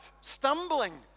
stumbling